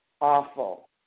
awful